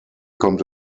kommt